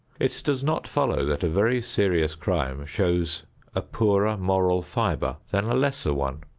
it does not follow that a very serious crime shows a poorer moral fibre than a lesser one.